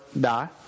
die